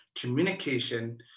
communication